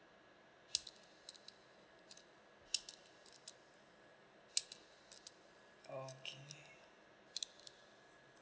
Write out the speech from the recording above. okay